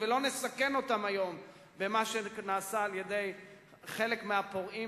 ולא נסכן אותם היום במה שנעשה על-ידי חלק מהפורעים